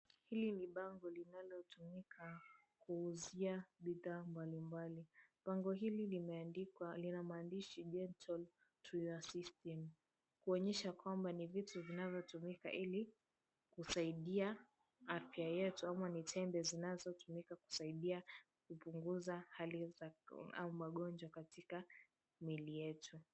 Hili ni bango linalotumika kuuzia bidhaa mbalimbali. Bango hili limeandikwa lina maandishi, Gentle to Your System, kuonyesha kwamba ni vitu vinavyotumika ili kusaidia afya yetu, ama ni tembe zinazotumika kusaidia kupunguza hali za au magonjwa katika miili yetu.